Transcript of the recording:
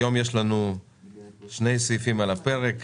היום יש לנו שני סעיפים על הפרק: